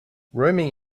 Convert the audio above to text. roaming